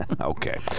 Okay